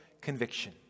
conviction